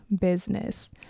business